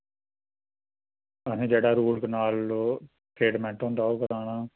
असें root canal जेह्ड़ा treatment होंदा ओह् कराना